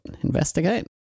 investigate